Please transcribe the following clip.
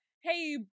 hey